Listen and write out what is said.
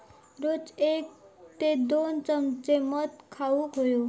रोज एक ते दोन चमचे मध खाउक हवो